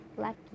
lucky